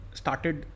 started